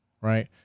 right